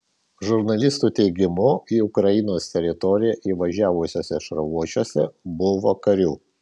žurnalistų teigimu į ukrainos teritoriją įvažiavusiuose šarvuočiuose buvo karių